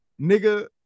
nigga